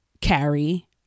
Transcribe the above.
carry